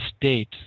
state